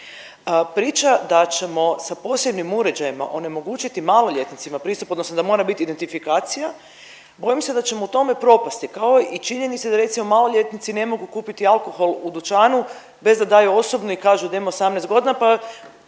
Priča da ćemo sa posebnim uređajima onemogućiti maloljetnicima pristup odnosno da mora biti identifikacija bojim se da ćemo u tome propasti kao i činjenica da recimo maloljetnici ne mogu kupiti alkohol u dućanu bez da daju osobnu i kažu da imaju 18 godina pa